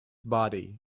body